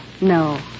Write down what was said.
No